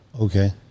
Okay